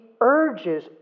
urges